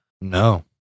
No